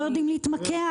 לא יודעים להתמקח.